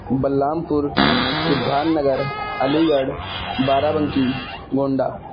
بلرام پور Siddharthnagar Aligarh Barabanki Gonda